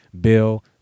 Bill